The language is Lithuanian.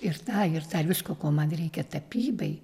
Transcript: ir tą ir tą ir visko ko man reikia tapybai